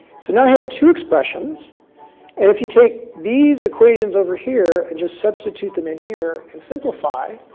so now i have two expressions, and if you take these equations over here and just substitute them in here, and simplify,